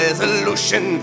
Resolution